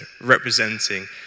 representing